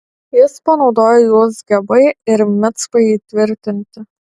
jis panaudojo juos gebai ir micpai įtvirtinti